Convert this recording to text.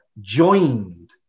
joined